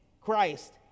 Christ